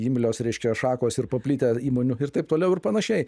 imlios reiškia šakos ir paplitę įmonių ir taip toliau ir panašiai